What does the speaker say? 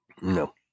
No